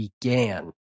began